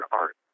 art